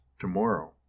tomorrow